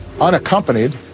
unaccompanied